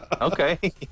Okay